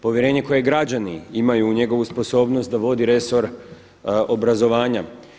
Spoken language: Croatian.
Povjerenje koje građani imaju u njegovu sposobnost da vodi resor obrazovanja.